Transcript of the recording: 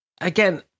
Again